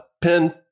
Pin